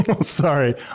Sorry